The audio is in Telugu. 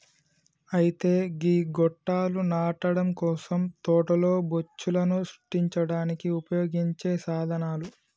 అయితే గీ గొట్టాలు నాటడం కోసం తోటలో బొచ్చులను సృష్టించడానికి ఉపయోగించే సాధనాలు